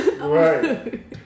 Right